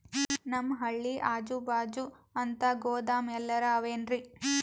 ನಮ್ ಹಳ್ಳಿ ಅಜುಬಾಜು ಅಂತ ಗೋದಾಮ ಎಲ್ಲರೆ ಅವೇನ್ರಿ?